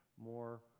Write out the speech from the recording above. more